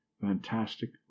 Fantastic